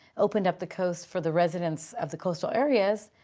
opened up the coast for the residents of the coastal areas.